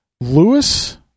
Lewis